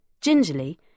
Gingerly